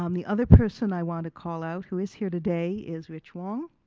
um the other person i want to call out who is here today is rich wong